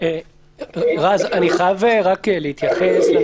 רז, ביקשנו שתתייחסו